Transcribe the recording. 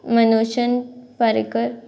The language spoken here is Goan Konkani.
मनोशन फारीकर